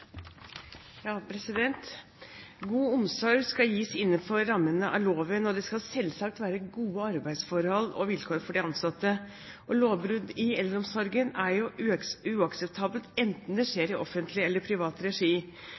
det skal selvsagt være gode arbeidsforhold og vilkår for de ansatte. Lovbrudd i eldreomsorgen er uakseptabelt enten det skjer i offentlig eller privat regi.